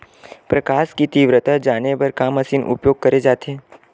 प्रकाश कि तीव्रता जाने बर का मशीन उपयोग करे जाथे?